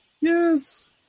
Yes